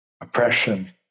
oppression